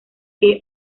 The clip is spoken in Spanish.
que